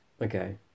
okay